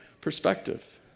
perspective